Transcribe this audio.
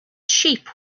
sheep